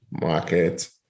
market